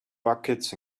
buckets